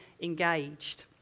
engaged